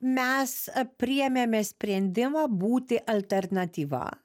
mes priėmėme sprendimą būti alternatyva